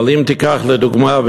אבל אם תיקח לדוגמה,